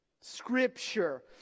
Scripture